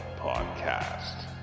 Podcast